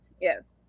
Yes